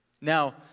Now